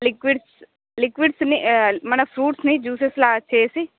liquids లిక్విడ్స్ని మన ఫ్రూట్స్ని జ్యూసెస్ లాగా చేసి